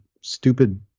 stupid